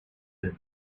and